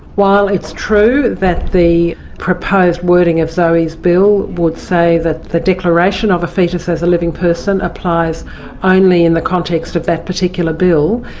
while it's true that the proposed wording of zoe's bill would say that the declaration of a foetus as a living person applies only in the context of that particular bill,